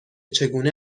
چگونه